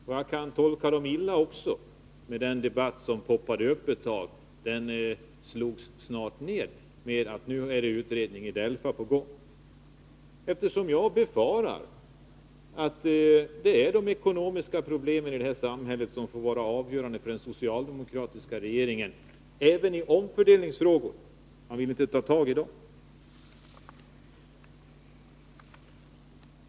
Och jag kan tolka dem illa också, med den debatt som kom upp ett tag, men som snart slogs ner med uppgiften att DELFA var på gång. Jag befarar att det är de ekonomiska problemen i det här samhället som får vara avgörande för den socialdemokratiska regeringen även i omfördelningsfrågor — man vill inte ta tag i dem.